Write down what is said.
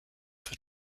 for